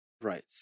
Right